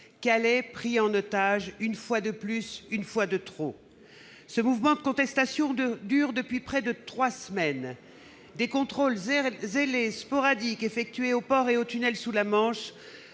Calais pris en otage, une fois de plus, une fois de trop ! Ce mouvement de contestation dure depuis près de trois semaines. Des contrôles zélés, sporadiques, effectués au port et au tunnel sous la Manche